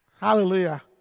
Hallelujah